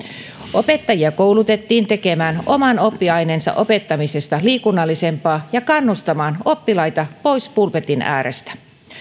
opettajia koulutettiin tekemään oman oppiaineensa opettamisesta liikunnallisempaa ja kannustamaan oppilaita pois pulpetin äärestä